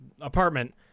apartment